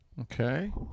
Okay